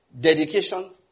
Dedication